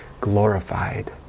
glorified